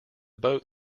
boat